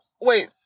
wait